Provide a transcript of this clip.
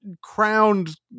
crowned